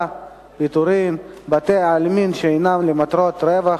(פטורין) (בתי-עלמין שאינם למטרות רווח),